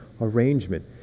arrangement